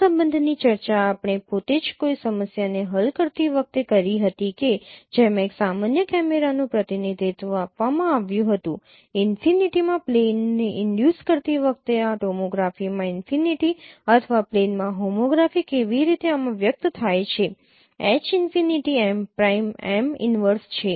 આ સંબંધની ચર્ચા આપણે પોતે જ કોઈ સમસ્યાને હલ કરતી વખતે કરી હતી કે જેમાં એક સામાન્ય કેમેરાનું પ્રતિનિધિત્વ આપવામાં આવ્યું હતું ઈનફિનિટીમાં પ્લેનને ઈનડ્યુસ કરતી વખતે આ ટોમોગ્રાફીમાં ઈનફિનિટી અથવા પ્લેનમાં હોમોગ્રાફી કેવી રીતે આમાં વ્યક્ત થાય છે H infinity M prime M inverse છે